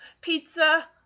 Pizza